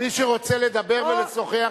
מי שרוצה לדבר ולשוחח,